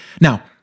Now